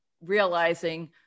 realizing